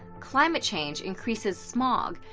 climate change increases smog,